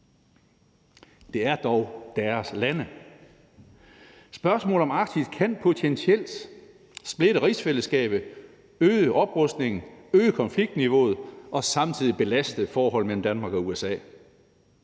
Det er dog deres lande. Spørgsmålet om Arktis kan potentielt splitte rigsfællesskabet, øge oprustningen, øge konfliktniveauet og samtidig belaste forholdet mellem Danmark og USA.